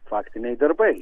faktiniai darbai